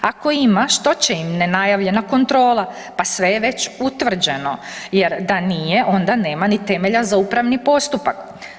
Ako ima, što će im nenajavljena kontrola, pa sve je već utvrđeno jer da nije onda nema ni temelja za upravni postupak.